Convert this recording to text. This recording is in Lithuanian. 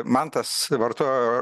mantas vartojo